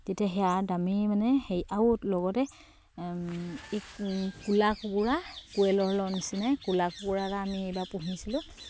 তেতিয়া সেয়া দামী মানে হেৰি আৰু লগতে এই কোলা কুকুৰা কোৱেলৰ লগ নিচিনা কোলা কুকুৰা এটা আমি এবাৰ পুহিছিলোঁ